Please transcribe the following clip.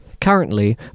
Currently